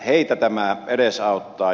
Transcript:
heitä tämä edesauttaa